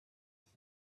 sale